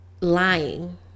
lying